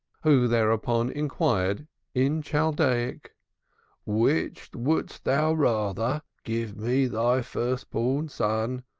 who thereupon inquired in chaldaic which wouldst thou rather give me thy first-born son,